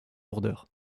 lourdeur